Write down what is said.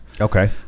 Okay